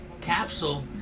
capsule